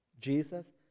Jesus